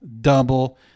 double